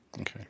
Okay